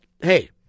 hey